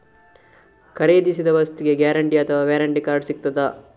ಖರೀದಿಸಿದ ವಸ್ತುಗೆ ಗ್ಯಾರಂಟಿ ಅಥವಾ ವ್ಯಾರಂಟಿ ಕಾರ್ಡ್ ಸಿಕ್ತಾದ?